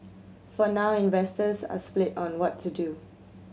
for now investors are split on what to do